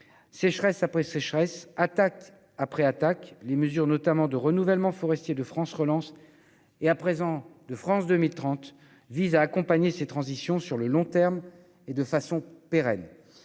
sécheresse après sécheresse, attaque après attaque. Les mesures de renouvellement forestier de France Relance et, à présent, de France 2030 visent à accompagner ces transitions sur le long terme et de façon pérenne.